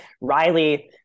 Riley